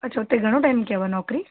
अच्छा उते घणो टाइम कयव नौकिरी